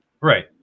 right